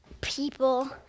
people